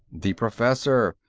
the professor.